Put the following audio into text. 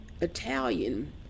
Italian